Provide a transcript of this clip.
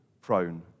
prone